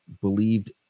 believed